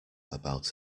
about